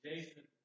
Jason